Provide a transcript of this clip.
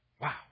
Wow